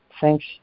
Thanks